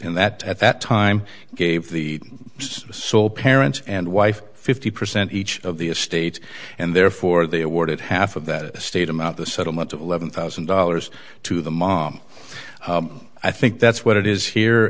in that at that time gave the sole parents and wife fifty percent each of the estate and therefore they awarded half of that state amount the settlement of eleven thousand dollars to the mom i think that's what it is